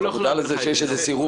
אתה מודע לזה שיש סירוב?